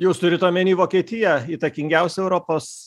jūs turit omeny vokietiją įtakingiausią europos